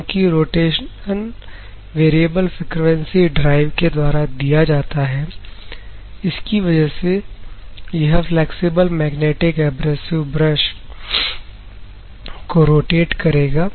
क्योंकि rotation variable frequency drive के द्वारा दिया जाता है इसकी वजह से यह फ्लैक्सिबल मैग्नेटिक एब्रेसिव ब्रश को रोटेट करेगा